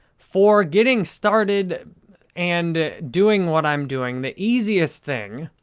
for getting started and doing what i'm doing, the easiest thing,